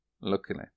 luckily